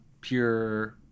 pure